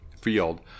field